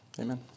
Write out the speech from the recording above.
amen